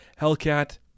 Hellcat